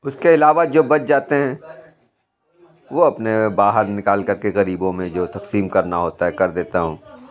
اس کے علاوہ جو بچ جاتے ہیں وہ اپنے باہر نکال کر کے غریبوں میں جو تقسیم کرنا ہوتا ہے کر دیتا ہوں